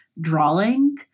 drawing